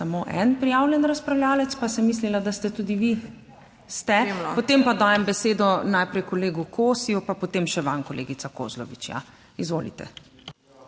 Samo en prijavljen razpravljavec, pa sem mislila, da ste tudi vi. Ste... Potem pa dajem besedo najprej kolegu Kosiju, pa potem še vam, kolegica Kozlovič. Ja, izvolite.